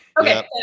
okay